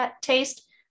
taste